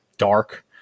dark